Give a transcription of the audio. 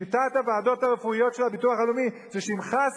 שיטת הוועדות הרפואיות של הביטוח הלאומי היא שאם חס